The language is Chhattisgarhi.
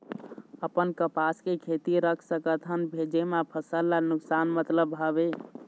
अपन कपास के खेती रख सकत हन भेजे मा फसल ला नुकसान मतलब हावे?